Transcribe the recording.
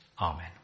Amen